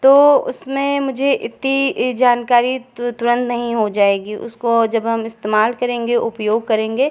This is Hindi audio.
तो उसमें मुझे इतनी जानकारी तुरंत नहीं हो जाएगी उसको जब हम इस्तेमाल करेंगे उपयोग करेंगे